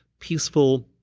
peaceful,